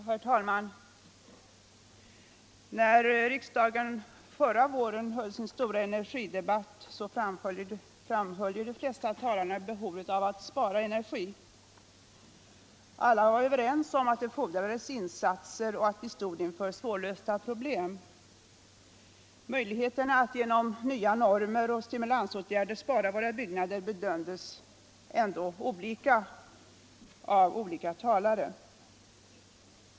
Herr talman! När riksdagen förra våren höll sin stora energidebatt, framhöll de flesta talarna behovet av att spara energi. Alla var överens om att det fordrades insatser och att vi stod inför svårlösta problem. Möjligheterna att genom nya normer och stimulansåtgärder spara på energiåtgången i våra byggnader bedömdes ändå olika av olika talare.